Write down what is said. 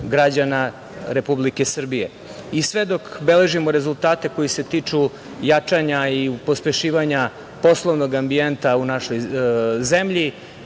građana Republike Srbije. Sve dok beležimo rezultate koji se tiču jačanja i pospešivanja poslovnog ambijenta u našoj zemlji,